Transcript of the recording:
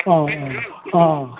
अँ अँ